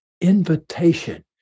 invitation